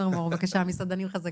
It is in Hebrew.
מור, בבקשה, 'מסעדנים חזקים'.